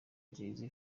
jazz